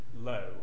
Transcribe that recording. low